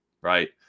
right